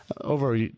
over